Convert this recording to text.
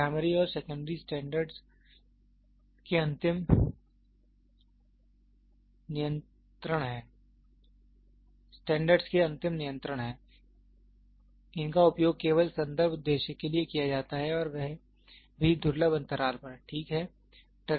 primary और secondary standard standards के अंतिम नियंत्रण हैं इनका उपयोग केवल संदर्भ उद्देश्य के लिए किया जाता है और वह भी दुर्लभ अंतराल पर ठीक है